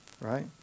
right